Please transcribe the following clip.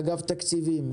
אגף תקציבים,